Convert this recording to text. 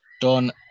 Don